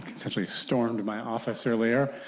essentially storms my office earlier.